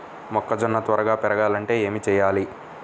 మొక్కజోన్న త్వరగా పెరగాలంటే ఏమి చెయ్యాలి?